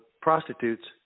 prostitutes